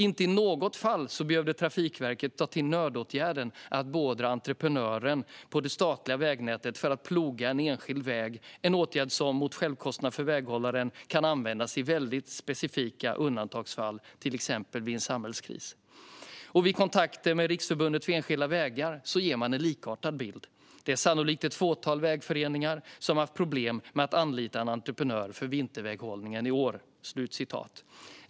Inte i något fall behövde Trafikverket ta till nödåtgärden att beordra entreprenören på det statliga vägnätet för att ploga en enskild väg, en åtgärd som, mot självkostnad för väghållaren, kan användas i väldigt speciella undantagsfall . Vid kontakter med REV ger de en likartad bild - det är sannolikt ett fåtal vägföreningar som haft problem med att anlita en entreprenör för vinterväghållningen i år."